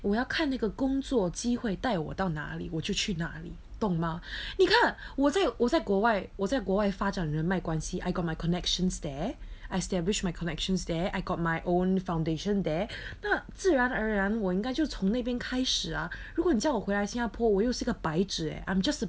我要看那个工作机会带我到哪里我就去哪里懂吗你看我在我在国外我在国外发展人脉关系 I got my connections there establish my connections there I got my own foundation there not 自然而然我应该就从那边开始 ah 如果你叫回来新加坡我又是个白纸 eh I'm just